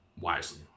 wisely